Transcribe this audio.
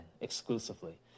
exclusively